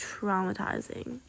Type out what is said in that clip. traumatizing